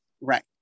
Right